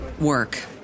work